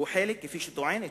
כפי היא טוענת,